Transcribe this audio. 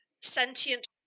sentient